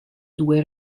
due